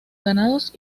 ganados